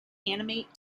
animate